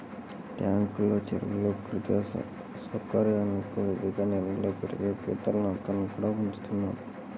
ట్యాంకుల్లో, చెరువుల్లో కృత్రిమ సౌకర్యాలతో వేర్వేరు నీళ్ళల్లో పెరిగే పీతలు, నత్తల్ని కూడా పెంచుతున్నారు